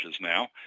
now